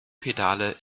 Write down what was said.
pedale